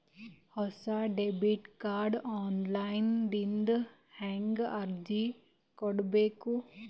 ಹೊಸ debit card online ದಿಂದ ಹೇಂಗ ಅರ್ಜಿ ಕೊಡಬೇಕು?